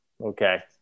Okay